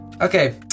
Okay